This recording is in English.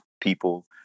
people